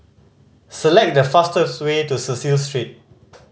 select the fastest way to Cecil Street